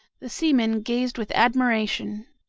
the seamen gazed with admiration.